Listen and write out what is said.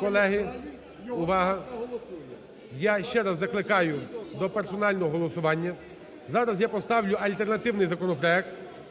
Колеги, увага! Я ще раз закликаю до персонального голосування. Зараз я поставлю альтернативний законопроект,